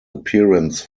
appearance